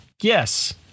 Yes